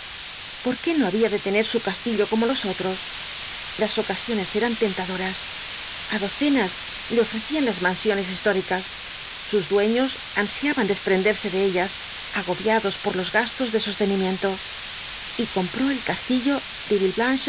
por qué no había de tener su castillo como los otros las ocasiones eran tentadoras a docenas le ofrecían las mansiones históricas sus dueños ansiaban desprenderse de ellas agobiados por los gastos de sostenimiento y compró el castillo